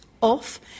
off